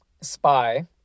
SPY